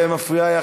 חברת הכנסת ברקו,